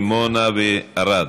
דימונה וערד.